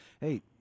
hey